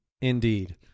Indeed